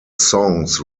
songs